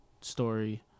story